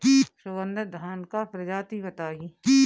सुगन्धित धान क प्रजाति बताई?